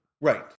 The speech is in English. Right